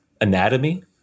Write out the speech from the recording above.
anatomy